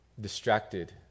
distracted